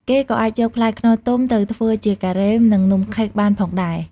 គេក៏អាចយកផ្លែខ្នុរទុំទៅធ្វើជា ការ៉េម និង នំខេក បានផងដែរ។